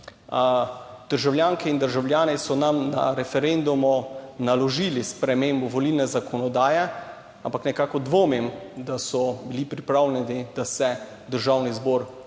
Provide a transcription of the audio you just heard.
Državljanke in državljani so nam na referendumu naložili spremembo volilne zakonodaje, ampak nekako dvomim, da so bili pripravljeni, da se Državni zbor